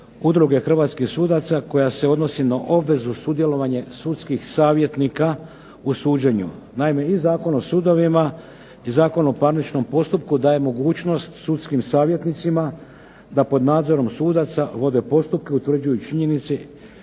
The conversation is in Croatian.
hrvatskih sudaca koja se odnosi na obvezu sudjelovanje sudskih savjetnika u suđenju. Naime, i Zakona o sudovima i Zakon o parničnom postupku daje mogućnost sudskim savjetnicima da pod nadzorom sudaca vode postupke, utvrđuju činjenice